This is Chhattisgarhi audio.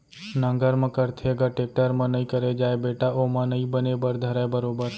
नांगर म करथे ग, टेक्टर म नइ करे जाय बेटा ओमा नइ बने बर धरय बरोबर